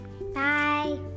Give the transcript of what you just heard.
Bye